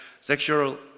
sexual